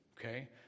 okay